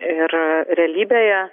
ir realybėje